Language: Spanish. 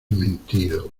mentido